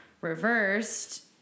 reversed